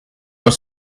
was